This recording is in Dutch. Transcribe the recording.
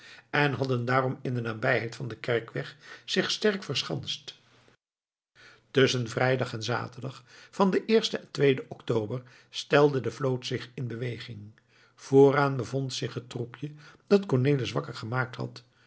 en hadden daarom in de nabijheid van den kerkweg zich sterk verschanst tusschen vrijdag en zaterdag van den eersten en tweeden october stelde de vloot zich in beweging vooraan bevond zich het troepje dat cornelis wakker gemaakt had